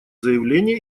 заявление